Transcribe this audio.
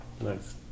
Nice